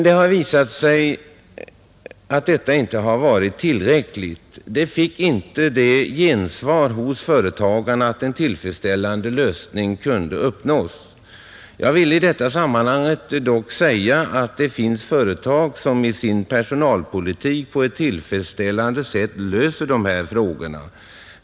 Det har visat sig att detta inte har varit tillräckligt. Det fick inte sådant gensvar hos företagarna att en tillfredsställande lösning kunde uppnås. Jag vill i detta sammanhang dock säga att det finns företag som i sin personalpolitik på ett tillfredsställande sätt löser de här frågorna.